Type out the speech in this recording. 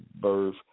birth